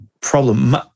problem